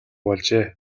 болжээ